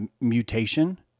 mutation